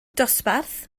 dosbarth